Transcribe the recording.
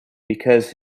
because